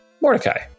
Mordecai